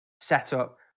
setup